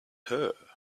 her